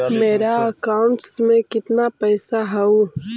मेरा अकाउंटस में कितना पैसा हउ?